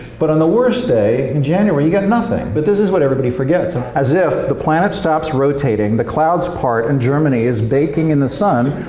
but on the worst day, in january, you've got nothing. but this is what everybody forgets. ah as if the planet stops rotating, the clouds part, and germany is baking in the sun.